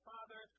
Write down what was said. Father